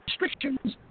restrictions